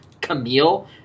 Camille